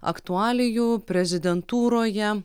aktualijų prezidentūroje